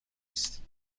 است